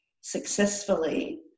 successfully